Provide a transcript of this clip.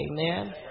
Amen